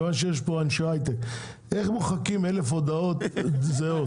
כיוון שיש פה אנשי הייטק: איך מוחקים 1000 הודעות זהות?